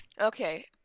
Okay